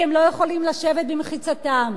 כי הם לא יכולים לשבת במחיצתם?